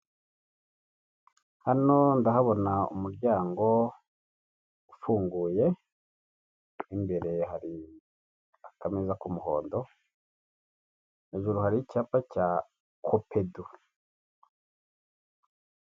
Hano ndahabona umuryango ufunguye imbere hari akameza kumuhondo hejuru hari icyapa cya Copedu.